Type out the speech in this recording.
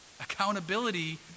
accountability